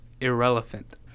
irrelevant